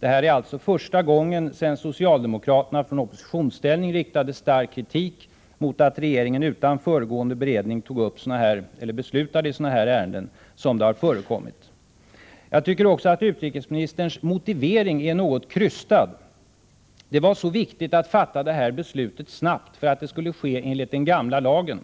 Det är alltså första gången sedan socialdemokraterna i oppositionsställning riktade stark kritik mot att regeringen utan föregående beredning beslutade i sådana här ärenden som det har förekommit. Jag tycker att utrikesministerns motivering är något krystad, när han säger att det var så viktigt att fatta detta beslut snabbt därför att det skulle ske enligt den gamla lagen.